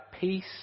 peace